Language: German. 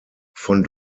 von